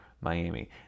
Miami